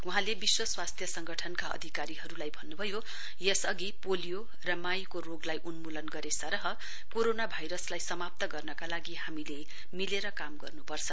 वहाँले विश्व स्वास्थ्य संगठनका अधिकारीहरूलाई भन्नुभयो यसअघि पोलियो र स्मलपक्स माईको रोगलाई उन्मूलन गरे सरह कोरोना भाइरसलाई समाप्त गर्नका लागि हामीले मिलेर काम गर्नुपर्छ